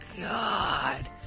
God